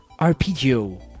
Arpeggio